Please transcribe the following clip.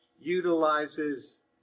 utilizes